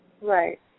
Right